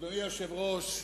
אדוני היושב-ראש,